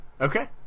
Okay